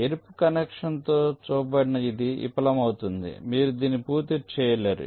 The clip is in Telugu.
ఎరుపు కనెక్షన్ తో చూపబడిన ఇది విఫలమవుతుంది మీరు దీన్ని పూర్తి చేయలేరు